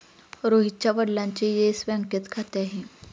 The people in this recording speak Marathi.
रोहितच्या वडिलांचे येस बँकेत खाते आहे